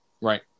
Right